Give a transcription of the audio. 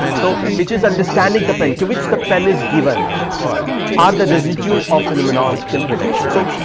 so, which is understanding the pen to which the pen is given are the residue of phenomenological reduction. so,